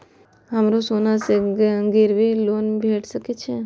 हमरो सोना से गिरबी लोन भेट सके छे?